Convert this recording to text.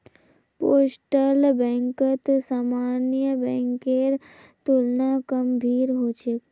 postal बैंकत सामान्य बैंकेर तुलना कम भीड़ ह छेक